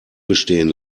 bestehen